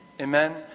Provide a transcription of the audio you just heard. Amen